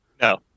No